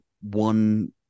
one